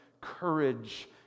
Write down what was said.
courage